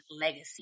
legacy